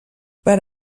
per